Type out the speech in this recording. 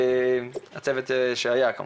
בבקשה.